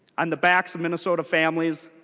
on the backs of minnesota families